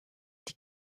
die